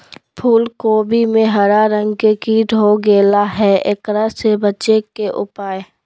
फूल कोबी में हरा रंग के कीट हो गेलै हैं, एकरा से बचे के उपाय?